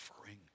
offering